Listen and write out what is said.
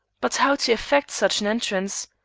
but how to effect such an entrance?